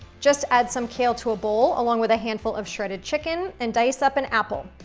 just add some kale to a bowl, along with a handful of shredded chicken, and dice up an apple.